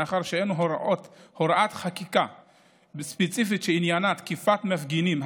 מאחר שאין הוראת חקיקה ספציפית שעניינה תקיפת מפגינים,